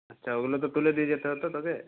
আচ্ছা ওগুলো তো তুলে দিয়ে যেতে হতো তোকে